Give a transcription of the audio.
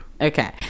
Okay